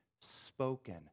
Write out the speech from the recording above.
spoken